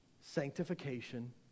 sanctification